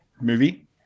movie